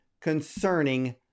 concerning